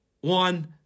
one